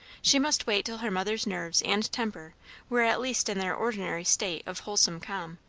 she must wait till her mother's nerves and temper were at least in their ordinary state of wholesome calm,